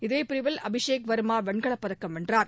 இதே பிரிவில் அபிஷேக் வர்மா வெண்கலப் பதக்கம் வென்றார்